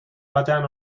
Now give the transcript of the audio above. batean